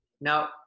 Now